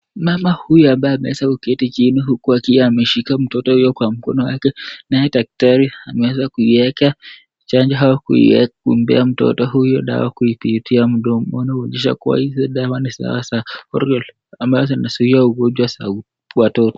Mama huyu ameweza kuketi chini huku akiwa ameshika mtoto huyo kwa mkono wake na daktari ameweza kuiweka chanjo huku akimpea mtoto huyo dawa kuipitia mdomo kuonyesha kuwa hizo dawa ni salama ambazo zinazozuia ugonjwa wa watoto.